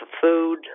food